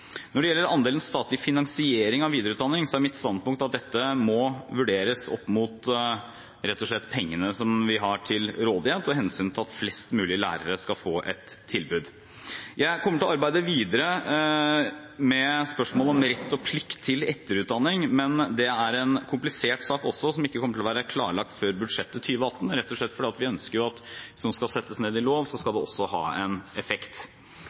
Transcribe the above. Når det gjelder andelen statlig finansiering av videreutdanning, er mitt standpunkt at dette rett og slett må vurderes opp mot pengene vi har til rådighet, og hensyntatt at flest mulig lærere skal få et tilbud. Jeg kommer til å arbeide videre med spørsmålet om rett og plikt til etterutdanning, men det er også en komplisert sak som ikke kommer til å være klarlagt før budsjettet for 2018, rett og slett fordi vi ønsker at skal det settes ned i lovs form, skal det også ha effekt.